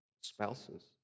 Spouses